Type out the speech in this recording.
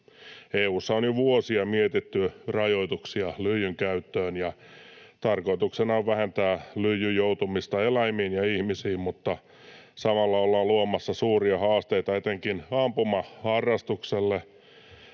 EU:ssa on jo vuosia mietitty rajoituksia lyijyn käyttöön, ja tarkoituksena on vähentää lyijyn joutumista eläimiin ja ihmisiin, mutta samalla ollaan luomassa suuria haasteita etenkin ampumaharrastukselle,